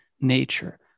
nature